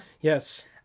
Yes